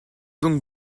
donc